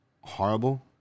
horrible